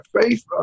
faith